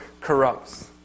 corrupts